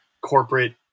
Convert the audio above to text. corporate